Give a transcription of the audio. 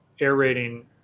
aerating